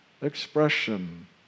expression